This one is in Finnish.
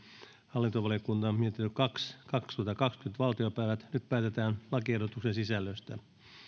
hallintovaliokunnan mietintö kaksi nyt päätetään lakiehdotusten sisällöstä